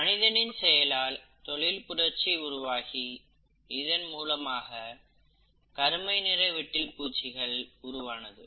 மனிதனின் செயலால் தொழிற்புரட்சி உருவாகி இதன்மூலமாக கருமைநிற விட்டில் பூச்சிகள் உருவானது